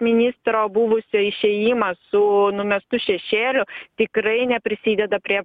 ministro buvusio išėjimas su numestu šešėliu tikrai neprisideda prie